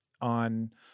on